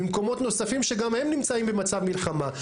ממקומות נוספים שגם הם נמצאים במצב מלחמה.